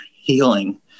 healing